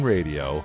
Radio